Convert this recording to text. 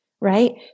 right